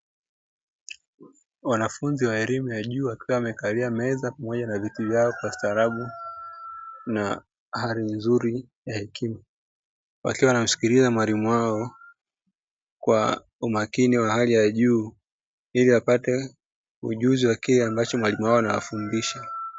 Wanafunzi wa elimu ya juu wakiwa wamekelia meza pamoja na viti vyao kwa ustaarabu na hali nzuri ya hekima, wakiwa wanamsikiliza mwalimu wao kwa umakini wa hali ya juu ili wapate ujuzi wa kile ambacho mwalimu wao anawafundisha.